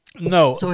No